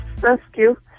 rescue